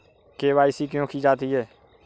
KYC क्यों की जाती है?